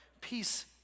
Peace